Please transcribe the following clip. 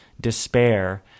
despair